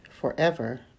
forever